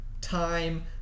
time